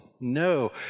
No